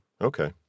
Okay